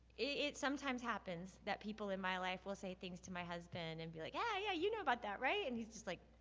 it sometimes happens that people in my life will say things to my husband, and be like, hey, yeah, you know about that, right? and he's just like,